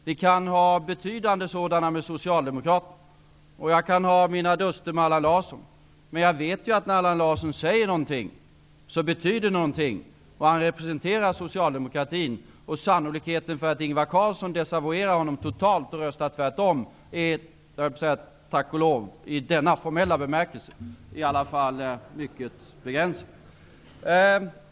Vi kan ha betydande sådana med Socialdemokraterna, och jag kan ha mina duster med Allan Larsson, men jag vet att när Allan Larsson som representant för socialdemokratin säger något som betyder någonting, är sannolikheten för att Ingvar Carlsson totalt desavouerar honom och röstar tvärtom -- jag höll på att säga: tack och lov, i denna formella bemärkelse -- mycket begränsad.